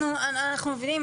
אנחנו מבינים,